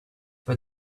but